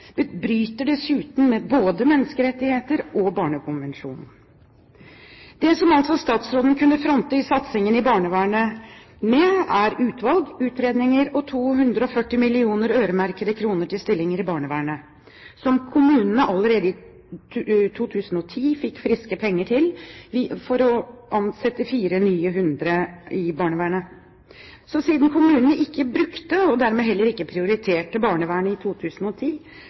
bryter dessuten med både menneskerettigheter og barnekonvensjonen. Det som statsråden altså kunne fronte satsingen på barnevernet med, er utvalg, utredninger og 240 mill. kr, øremerket til stillinger i barnevernet, som kommunene allerede i 2010 fikk friske penger til. Siden kommunene ikke brukte disse og dermed heller ikke prioriterte barnevernet i 2010, gir man de samme kommunene nye 240 mill. kr, men denne gangen øremerkede kroner, i